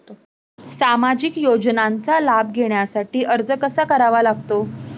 सामाजिक योजनांचा लाभ घेण्यासाठी अर्ज कसा करावा लागतो?